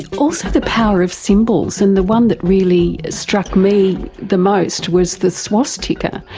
also the power of symbols, and the one that really struck me the most was the swastika,